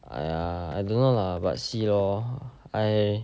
!aiya! I don't know lah but see lor I